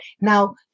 Now